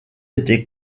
était